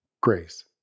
grace